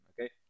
okay